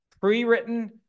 Pre-written